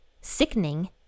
sickening